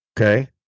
Okay